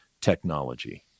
technology